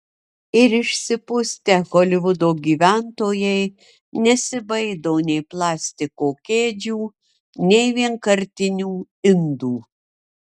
ir išsipustę holivudo gyventojai nesibaido nei plastiko kėdžių nei vienkartinių indų